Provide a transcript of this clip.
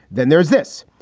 then there's this.